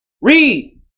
Read